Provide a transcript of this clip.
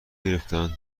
گرفتن